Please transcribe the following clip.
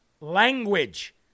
Language